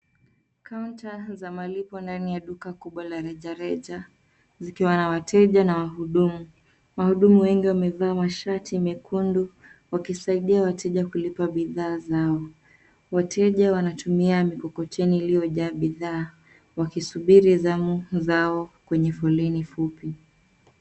Kaunta za malipo ndani ya duka kubwa la rejareja zikiwa na wateja na wahudumu. Wahudumu wengi wamevaa mashati mekundu wakisaidiwa wateja kulipa bidhaa zao. Wateja wanatumia mikokoteni iliyojaa bidhaa wakisubiri zamu zao kwenye foleni fupi.